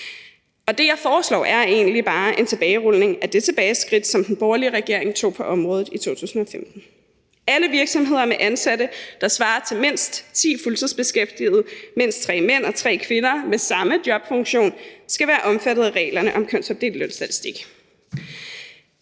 Og det, jeg foreslår, er egentlig bare en tilbagerulning af det tilbageskridt, som den borgerlige regering tog på området i 2015. Alle virksomheder med ansatte, der svarer til mindst ti fuldtidsbeskæftigede, heraf mindst tre mænd og tre kvinder med samme jobfunktion, skal være omfattet af reglerne om kønsopdelt lønstatistik.